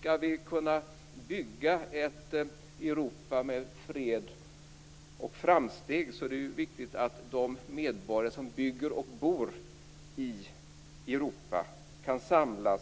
Skall vi kunna bygga ett Europa med fred och framsteg är det viktigt att de medborgare som bygger och bor i Europa kan samlas